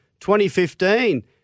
2015